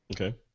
Okay